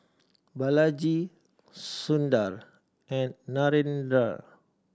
Balaji Sundar and Narendra